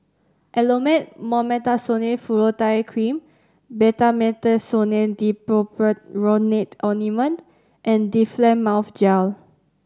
Elomet Mometasone Furoate Cream Betamethasone Dipropionate Ointment and Difflam Mouth Gel